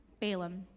Balaam